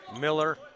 Miller